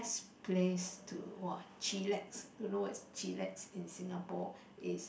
place to !wah! chillax don't know what is chillax in Singapore is